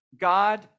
God